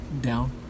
Down